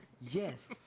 Yes